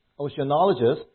Oceanologists